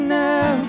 now